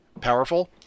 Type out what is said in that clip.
powerful